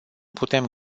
putem